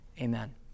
Amen